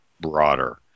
broader